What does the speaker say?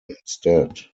instead